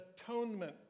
atonement